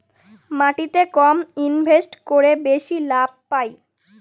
মাটিতে কম ইনভেস্ট করে বেশি লাভ পাই